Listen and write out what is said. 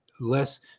less